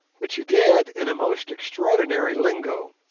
which he did in a most extraordinary lingo,